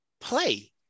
play